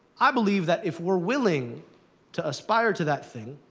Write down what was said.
i believe that if we're willing to aspire to that thing,